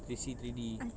three C three D